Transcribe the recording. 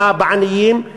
אלא בעניים.